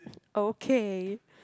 okay